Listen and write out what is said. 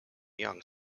young